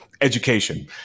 education